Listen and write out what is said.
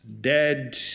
dead